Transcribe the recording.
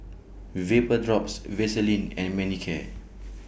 Vapodrops Vaselin and Manicare